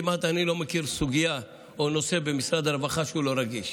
אני כמעט לא מכיר סוגיה או נושא במשרד הרווחה שהוא לא רגיש.